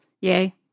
yay